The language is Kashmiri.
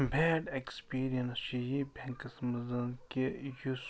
بیڈ ایٚکسپیٖریَنس چھُ یہِ بٮ۪نٛکَس منٛز کہِ یُس